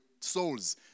souls